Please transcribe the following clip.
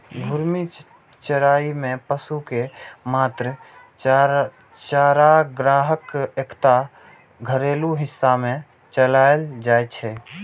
घूर्णी चराइ मे पशु कें मात्र चारागाहक एकटा घेरल हिस्सा मे चराएल जाइ छै